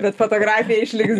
bet fotografija išliks